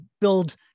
build